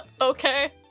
Okay